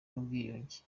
n’ubwiyunge